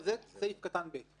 אני אחזור עליה בסעיפים הבאים.